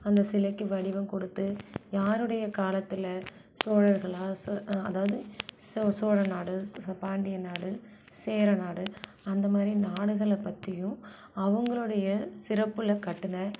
அந்த சிலைக்கு வடிவம் கொடுத்து யாருடைய காலத்தில் சோழர்களாக சொ அதாவது சோ சோழநாடு சு பாண்டியநாடு சேரநாடு அந்தமாரி நாடுகளை பற்றியும் அவங்களுடைய சிறப்பில் கட்டின